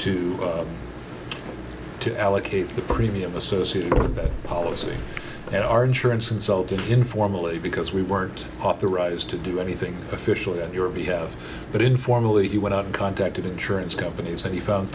to to allocate the premium associated with that policy and our insurance insulted informally because we weren't authorized to do anything officially on your behalf but informally he went out and contacted insurance companies and he found